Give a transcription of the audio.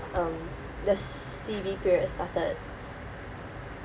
um the C_B period started